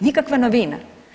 Nikakva novina.